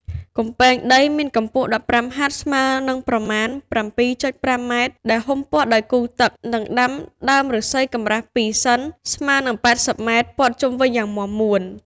កំពែងដីមានកម្ពស់ ១៥ ហត្ថ ស្មើនឹងប្រមាណ ៧.៥ ម៉ែត្រ ដែលហ៊ុមព័ទ្ធដោយគូទឹក និងដាំដើមឫស្សីកម្រាស់ ២ សិន ស្មើនឹង៨០ ម៉ែត្រ ព័ទ្ធជុំវិញយ៉ាងមាំមួន។